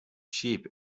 sheep